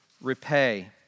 repay